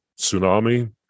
tsunami